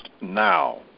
now